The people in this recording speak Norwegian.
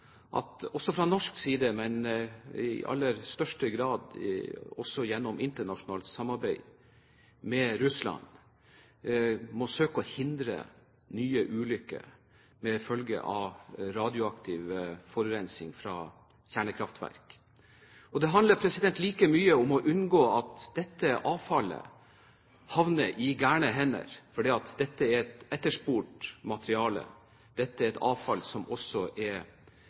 grad også gjennom internasjonalt samarbeid med Russland, må søke å hindre nye ulykker som følge av radioaktiv forurensing fra kjernekraftverk. Det handler like mye om å unngå at dette avfallet havner i gale hender, da dette er et etterspurt materiale. Det er et avfall som også er